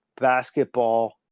basketball